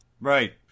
Right